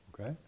Okay